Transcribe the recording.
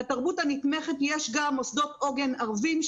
בתרבות הנתמכת יש גם מוסדות עוגן ערביים,